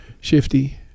shifty